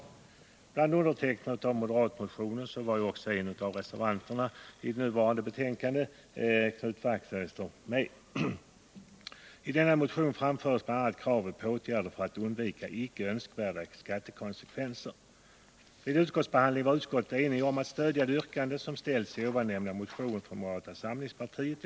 33 Bland undertecknarna av moderatmotionen var också en av reservanterna i det betänkande vi nu behandlar, nämligen Knut Wachtmeister. I denna motion framfördes bl.a. kravet på åtgärder för att undvika icke önskvärda skattekonsekvenser. Vid utskottsbehandlingen var utskottet enigt om att stödja det yrkande som ställts i nämnda motion från moderata samlingspartiet.